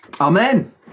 amen